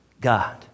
God